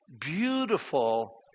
Beautiful